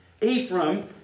Ephraim